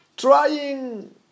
Trying